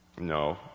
No